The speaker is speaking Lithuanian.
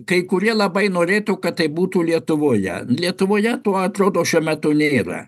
kai kurie labai norėtų kad tai būtų lietuvoje lietuvoje to atrodo šiuo metu nėra